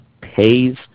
pays